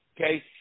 okay